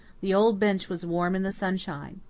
the old bench was warm in the sunshine.